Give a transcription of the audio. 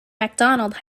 macdonald